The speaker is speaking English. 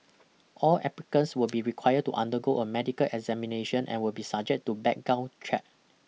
all applicants will be required to undergo a medical examination and will be subject to background check